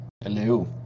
Hello